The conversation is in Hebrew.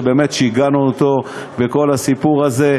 שבאמת שיגענו אותו בכל הסיפור הזה,